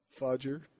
fudger